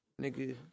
nigga